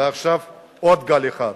ועכשיו עוד גל אחד,